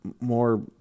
more